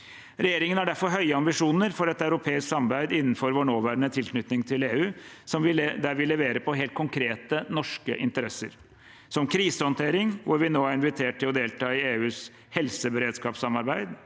Regjeringen har derfor høye ambisjoner for et europeisk samarbeid innenfor vår nåværende tilknytning til EU, der vi leverer på helt konkrete norske interesser: – som krisehåndtering, hvor vi nå er invitert til å delta i EUs helseberedskapssamarbeid